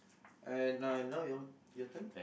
I now and you all your turn